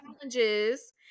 challenges